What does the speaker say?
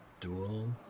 Dual